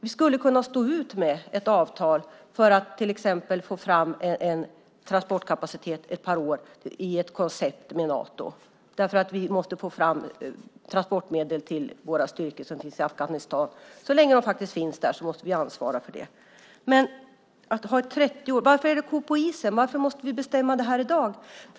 Vi skulle kunna stå ut med ett avtal på ett par år för att till exempel få fram en transportkapacitet i ett koncept med Nato eftersom vi måste få fram transportmedel till våra styrkor som finns i Afghanistan. Så länge de finns där måste vi ansvara för det. Varför är det en ko på isen? Varför måste vi bestämma detta i dag?